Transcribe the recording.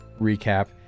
recap